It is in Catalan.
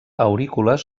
aurícules